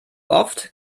oft